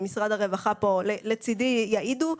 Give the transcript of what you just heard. ומשרד הרווחה פה לצידי יעידו.